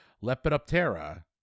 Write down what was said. Lepidoptera